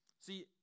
See